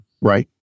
Right